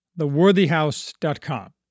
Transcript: theworthyhouse.com